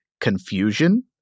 confusion